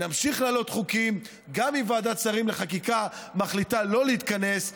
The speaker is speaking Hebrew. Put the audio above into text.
נמשיך להעלות חוקים גם אם ועדת שרים לחקיקה מחליטה לא להתכנס,